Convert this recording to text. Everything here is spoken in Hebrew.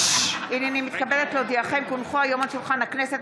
הינני מתכבדת להודיעכם כי הונחו היום על שולחן הכנסת,